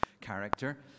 character